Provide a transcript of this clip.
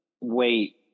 wait